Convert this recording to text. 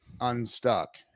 unstuck